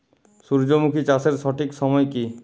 সূর্যমুখী চাষের সঠিক সময় কি?